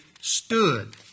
stood